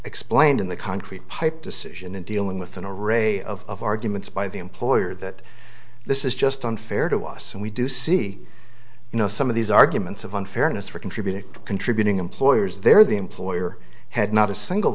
explained in the concrete pipe decision in dealing with an array of arguments by the employer that this is just unfair to us and we do see you know some of these arguments of unfairness for contributing to contributing employers they're the employer had not a single